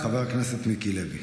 חבר הכנסת מיקי לוי.